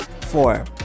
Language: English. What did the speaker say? four